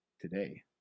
today